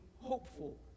hopeful